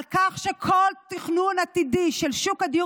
על כך שכל תכנון עתידי של שוק הדיור